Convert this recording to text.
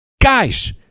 Guys